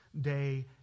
day